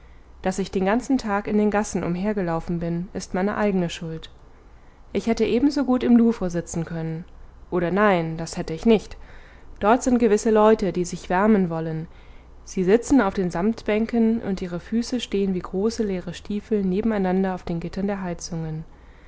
daß ich den ganzen tag in den gassen umhergelaufen bin ist meine eigene schuld ich hätte ebensogut im louvre sitzen können oder nein das hätte ich nicht dort sind gewisse leute die sich wärmen wollen sie sitzen auf den samtbänken und ihre füße stehen wie große leere stiefel nebeneinander auf den gittern der heizungen